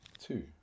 Two